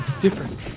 Different